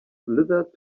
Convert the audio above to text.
slithered